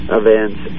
events